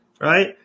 right